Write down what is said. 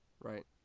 Right